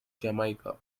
jamaica